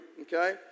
okay